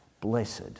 Blessed